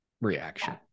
reaction